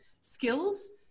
skills